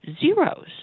zeros